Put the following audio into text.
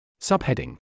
Subheading